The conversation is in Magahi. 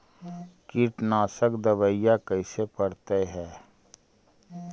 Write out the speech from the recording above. कीटनाशक दबाइ कैसे पड़तै है?